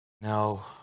No